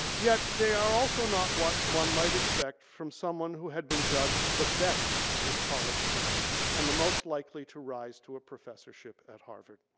yet they are also not what one might expect from someone who had judged the best of his college class and the most likely to rise to a professorship at harvard.